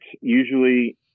Usually